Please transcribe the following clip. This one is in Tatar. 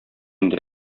инде